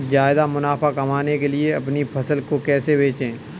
ज्यादा मुनाफा कमाने के लिए अपनी फसल को कैसे बेचें?